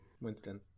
Winston